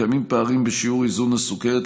קיימים פערים בשיעורי איזון הסוכרת,